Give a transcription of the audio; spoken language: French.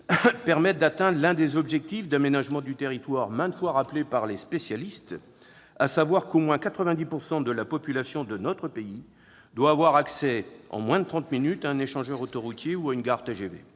permette d'atteindre l'un des objectifs en matière d'aménagement du territoire maintes fois rappelés par les spécialistes, à savoir qu'au moins 90 % de la population de notre pays doit avoir accès en moins de trente minutes à un échangeur autoroutier ou à une gare TGV.